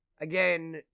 Again